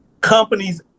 companies